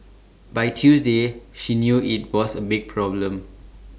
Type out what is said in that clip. by Tuesday she knew IT was A big problem